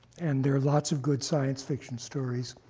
and there are lots of good science fiction stories.